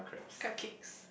cupcakes